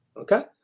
Okay